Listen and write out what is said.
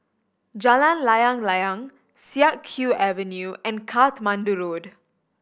Jalan Layang Layang Siak Kew Avenue and Katmandu Road